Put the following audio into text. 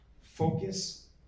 focus